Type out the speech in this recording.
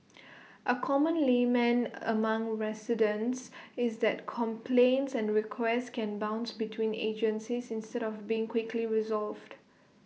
A common lament among residents is that complaints and requests can bounce between agencies instead of being quickly resolved